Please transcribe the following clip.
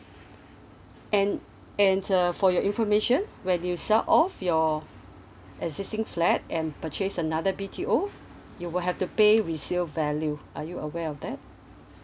and and uh for your information where you sell all off your existing flat and purchase another B_T_O you will have to pay resale value are you aware of that